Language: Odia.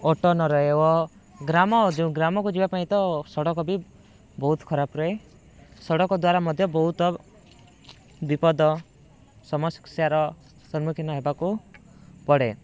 ଅଟୋ ନ ରହେ ଓ ଗ୍ରାମ ଯେଉଁ ଗ୍ରାମକୁ ଯିବା ପାଇଁ ତ ସଡ଼କ ବି ବହୁତ ଖରାପ ରହେ ସଡ଼କ ଦ୍ଵାରା ମଧ୍ୟ ବହୁତ ବିପଦ ସମସ୍ୟାର ସମ୍ମୁଖୀନ ହେବାକୁ ପଡ଼େ